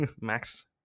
max